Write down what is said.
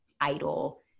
idol